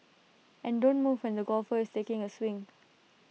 and don't move when the golfer is taking A swing